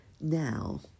Now